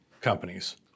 companies